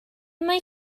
mae